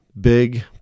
big